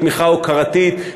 בתמיכה הוקרתית,